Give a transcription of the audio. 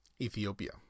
Ethiopia